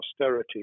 austerity